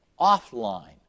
offline